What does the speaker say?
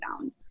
down